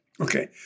Okay